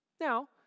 Now